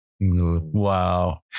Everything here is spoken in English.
wow